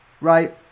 right